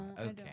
Okay